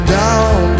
down